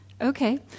Okay